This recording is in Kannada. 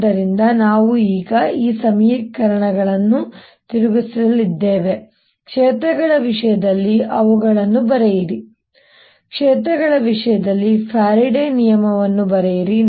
ಆದ್ದರಿಂದ ನಾವು ಈಗ ಈ ಸಮೀಕರಣಗಳನ್ನು ತಿರುಗಿಸಲಿದ್ದೇವೆ ಕ್ಷೇತ್ರಗಳ ವಿಷಯದಲ್ಲಿ ಅವುಗಳನ್ನು ಬರೆಯಿರಿ ಕ್ಷೇತ್ರಗಳ ವಿಷಯದಲ್ಲಿ ಫ್ಯಾರಡೆಯ ನಿಯಮವನ್ನು ಬರೆಯಿರಿ